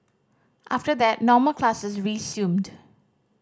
after that normal classes resumed